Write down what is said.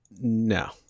No